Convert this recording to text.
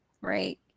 right